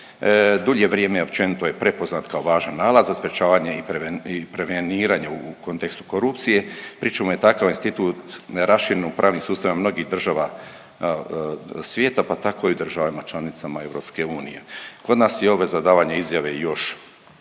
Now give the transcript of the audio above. dulje vrijeme općenito je prepoznat kao važan nalaz za sprječavanje i preveniranje u kontekstu korupcije, pri čemu je takav institut neraširen u pravnim sustavima mnogih država svijeta, pa tako i državama članicama EU. Kod nas je ove za davanje izjave još